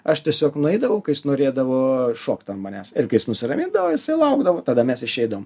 aš tiesiog nueidavau kai jis norėdavo šokt ant manęs irgi nusiramindavo jisai laukdavo tada mes išeidavom